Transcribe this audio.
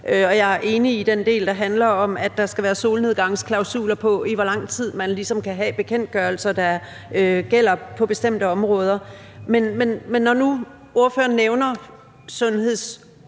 jeg er enig i den del, der handler om, at der skal være solnedgangsklausuler på, i forhold til hvor lang tid man ligesom kan have bekendtgørelser, der gælder på bestemte områder. Men når nu ordføreren nævner sundhedsfaglige